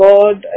God